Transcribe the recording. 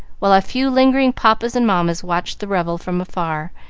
while a few lingering papas and mammas watched the revel from afar,